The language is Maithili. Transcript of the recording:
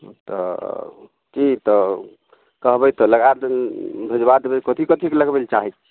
तऽ की तऽ कहबय तऽ लगा देबै भेजबा देबै कथी कथी के लगबै लए चाहैत छियै